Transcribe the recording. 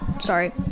Sorry